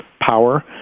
power